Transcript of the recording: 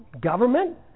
government